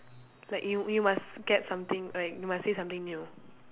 like you you must get something like you must say something new